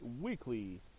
weekly